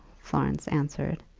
florence answered.